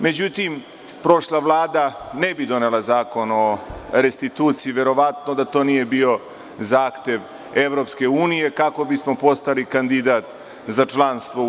Međutim, prošla Vlada ne bi donela Zakon o restituciji, verovatno da to nije bio zahtev EU kako bismo postali kandidat za članstvo u EU.